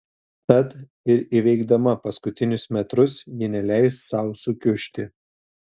tad ir įveikdama paskutinius metrus ji neleis sau sukiužti